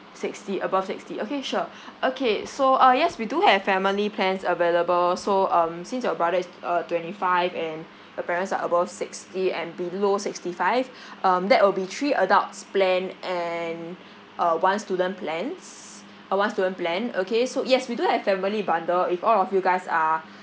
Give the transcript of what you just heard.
sixty above sixty okay sure okay so ah yes we do have family plans available so um since your brother is uh twenty five and your parents are above sixty and below sixty five um that will be three adults plan and uh one student plans uh one student plan okay so yes we do have family bundle if all of you guys are